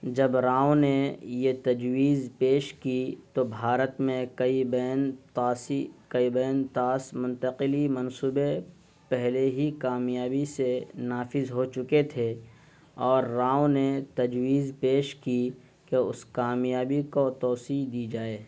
جب راؤ نے یہ تجویز پیش کی تو بھارت میں کئی بین طاسی کئی بین طاس منتقلی منصوبے پہلے ہی کامیابی سے نافذ ہو چکے تھے اور راؤ نے تجویز پیش کی کہ اس کامیابی کو توسیع دی جائے